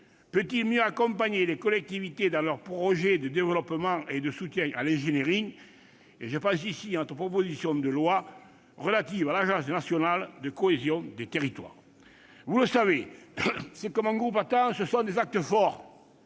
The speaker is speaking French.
pour mieux accompagner les collectivités dans leurs projets de développement et de soutien à l'ingénierie- je pense ici à notre proposition de loi portant création d'une Agence nationale de la cohésion des territoires ? Vous le savez, ce que mon groupe attend, ce sont des actes forts.